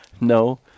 No